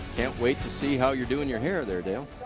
can't wait to see how you're doing your hair there, dale.